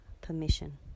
permission